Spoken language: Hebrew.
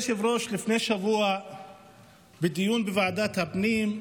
כבוד היושב-ראש, לפני שבוע בדיון בוועדת הפנים,